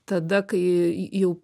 tada kai jau